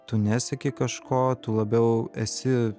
tu nesieki kažko tu labiau esi